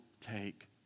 take